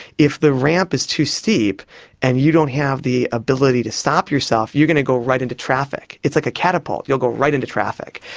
if the ramp is too steep and you don't have the ability to stop yourself, you're going to go right into traffic. it's like a catapult, you'll go right into traffic.